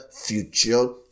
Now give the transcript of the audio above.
future